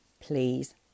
please